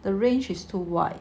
the range is too wide